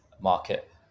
market